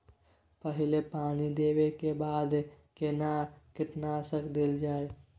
पहिले पानी देबै के बाद केना कीटनासक देल जाय?